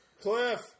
Cliff